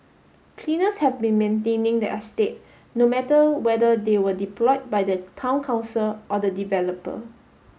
cleaners have been maintaining the estate no matter whether they were deployed by the Town Council or the developer